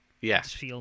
Yes